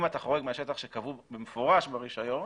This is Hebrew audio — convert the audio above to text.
אם אתה חורג מהשטח שקבעו במפורש ברישיון,